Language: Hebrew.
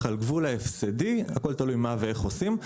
אך על גבול ההפסדיים; הכל תלוי מה ואיך עושים.